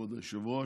כבוד היושב-ראש,